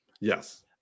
Yes